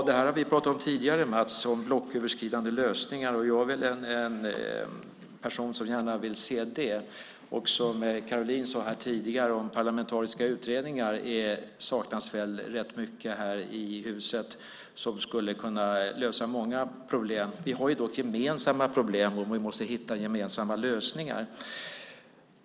Herr talman! Blocköverskridande lösningar har vi pratat om tidigare. Jag är väl en person som gärna vill se det. Caroline pratade tidigare om parlamentariska utredningar, som väl i rätt stor utsträckning saknas här i huset, som skulle kunna lösa många problem. Vi har dock gemensamma problem och måste hitta gemensamma lösningar.